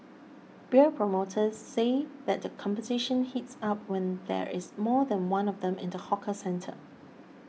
beer promoters say that the competition heats up when there is more than one of them in the hawker centre